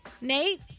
Nate